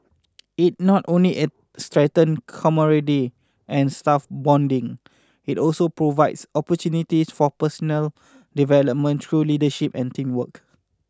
it not only it strengthen camaraderie and staff bonding it also provides opportunities for personal development through leadership and teamwork